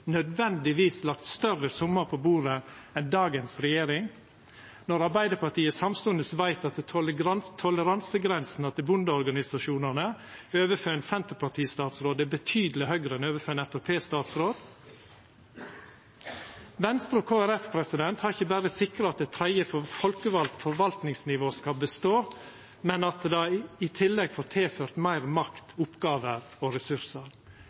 nødvendigvis lagt større summar på bordet enn dagens regjering, når Arbeidarpartiet samstundes veit at toleransegrensa til bondeorganisasjonane overfor ein Senterparti-statsråd er betydeleg høgre enn overfor ein Framstegsparti-statsråd? Venstre og Kristeleg Folkeparti har ikkje berre sikra at eit tredje folkevald forvaltningsnivå skal bestå, men òg at det får tilført meir makt, fleire oppgåver og ressursar.